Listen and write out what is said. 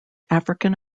african